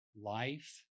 life